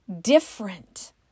different